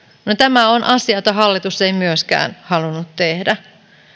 tämä on asia jota hallitus ei myöskään halunnut tehdä